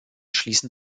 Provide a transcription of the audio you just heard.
schließen